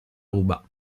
ruba